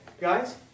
guys